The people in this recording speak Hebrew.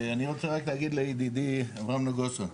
ואני רוצה רק להגיד לידידי אברהם נגוסה,